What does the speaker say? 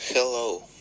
Hello